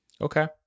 Okay